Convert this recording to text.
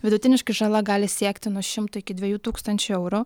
vidutiniškai žala gali siekti nuo šimto iki dviejų tūkstančių eurų